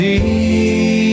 See